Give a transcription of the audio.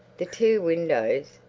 the two windows,